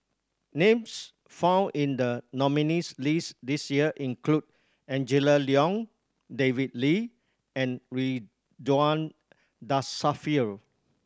names found in the nominees' list this year include Angela Liong David Lee and Ridzwan Dzafir